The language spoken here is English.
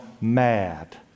mad